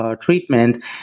treatment